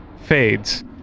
fades